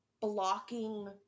blocking